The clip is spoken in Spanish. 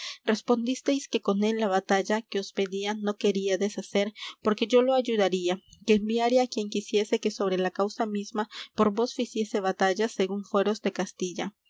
respondisteis que con él la batalla que os pedía no queríades hacer porque yo lo ayudaría que enviare á quien quisiese que sobre la causa misma por vos ficiese batalla según fueros de castilla